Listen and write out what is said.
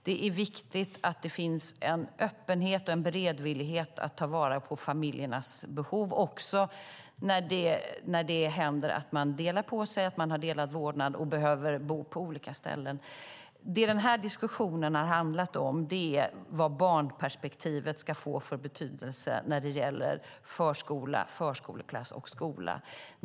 Det är viktigt att det finns en öppenhet och en beredvillighet att ta vara på familjernas behov också när man delar på sig, har delad vårdnad och behöver bo på olika ställen. Det denna diskussion har handlat om är vad barnperspektivet ska få för betydelse när det gäller förskola, förskoleklass och skola.